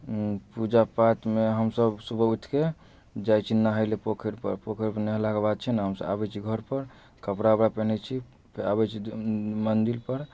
पूजा पाठ मे हमसब सुबह ऊठिके जाए छी नहाए ले पोखैर पर पोखरि पर नहेलाके बाद जे छै ने हमसब आबै छी घर पर कपड़ा ऊपड़ा पैहरै छी फेर आबै छी मन्दिर पर